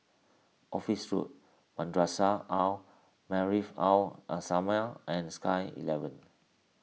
Office Road Madrasah Al Maarif Al Islamiah and Sky eleven